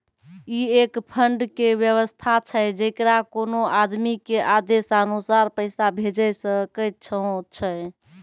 ई एक फंड के वयवस्था छै जैकरा कोनो आदमी के आदेशानुसार पैसा भेजै सकै छौ छै?